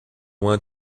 want